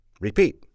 Repeat